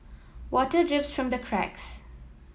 water drips from the cracks